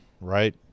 right